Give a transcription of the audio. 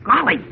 Golly